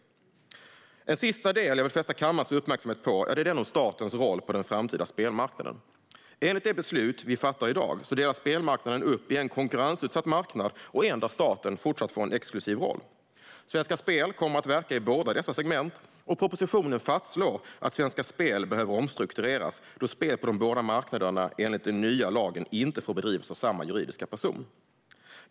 Den sista fråga jag vill fästa kammarens uppmärksamhet på är den om statens roll på den framtida spelmarknaden. Enligt det beslut vi fattar i dag delas spelmarknaden upp i en konkurrensutsatt marknad och en marknad där staten fortsätter att ha en exklusiv roll. Svenska Spel kommer att verka i båda dessa segment. Propositionen fastslår att Svenska Spel behöver omstruktureras, då spel på båda marknaderna enligt den nya lagen inte får bedrivas av samma juridiska person.